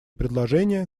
предложения